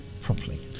properly